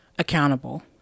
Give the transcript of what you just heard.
accountable